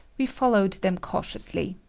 we followed them cautiously.